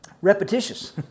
Repetitious